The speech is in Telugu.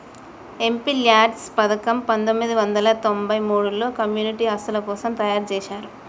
ఎంపీల్యాడ్స్ పథకం పందొమ్మిది వందల తొంబై మూడులో కమ్యూనిటీ ఆస్తుల కోసం తయ్యారుజేశారు